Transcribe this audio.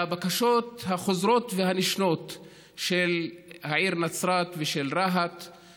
הבקשות של העיר נצרת ושל רהט חוזרות ונשנות,